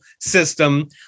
system